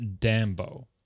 Dambo